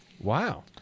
Wow